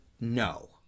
No